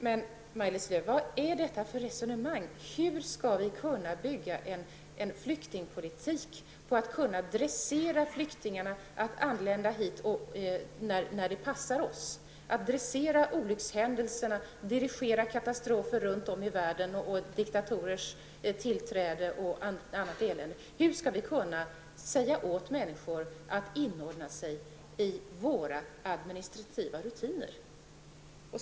Men, Maj-Lis Lööw, vad är detta för resonemang? Hur skall vi kunna bygga en flyktingpolitik på att styra flyktingarna till att anlända hit när det passar oss, på att dressera olyckshändelserna och dirigera katastroferna ute i världen, diktatorers tillträde och annat elände? Hur skall vi kunna säga åt människor att inordna sig i våra administrativa rutiner?